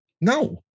No